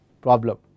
Problem